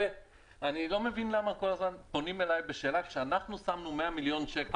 אני לא מבין כל הזמן פונים אלי בשאלה כשאנחנו שמנו 100 מיליון שקלים.